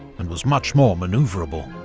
and was much more manoeuvrable.